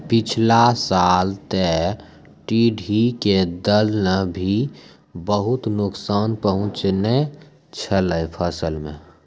पिछला साल तॅ टिड्ढी के दल नॅ भी बहुत नुकसान पहुँचैने छेलै फसल मॅ